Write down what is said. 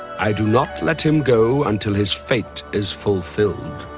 i do not let him go until his fate is fulfilled.